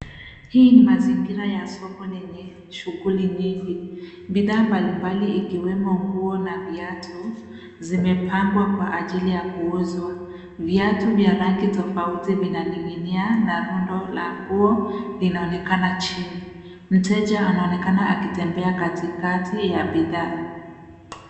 Hii ni mazingira ya soko lenye shughuli nyingi. Bidhaa mbalimbali, iikiwemo nguo na viatu, zimepangwa kwa ajili ya kuuzwa. Viatu vya rangi tofauti vinaning'inia, na rundo la nguo linaonekana chini. Mteja anaonekana akitembea katikati ya bidhaa.